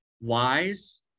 wise